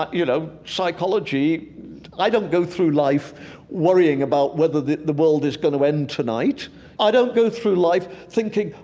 you know, psychology i don't go through life worrying about whether the the world is going to end tonight i don't go through life thinking,